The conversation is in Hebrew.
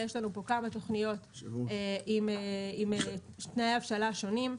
יש לנו כמה תוכניות עם תנאי הבשלה שונים,